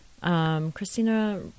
Christina